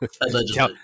Allegedly